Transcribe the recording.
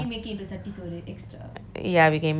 ya we can mix like multi சட்டி சோறு:satti sorru